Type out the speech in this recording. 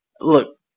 look